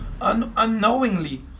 unknowingly